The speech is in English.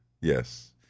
Yes